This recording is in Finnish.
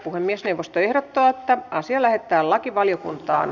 puhemiesneuvosto ehdottaa että asia lähetetään lakivaliokuntaan